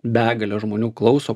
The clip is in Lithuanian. begalė žmonių klauso